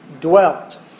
dwelt